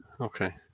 Okay